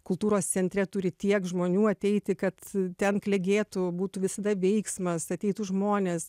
kultūros centre turi tiek žmonių ateiti kad ten klegėtų būtų visada veiksmas ateitų žmonės